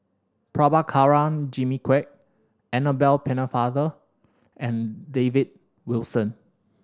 Prabhakara Jimmy Quek Annabel Pennefather and David Wilson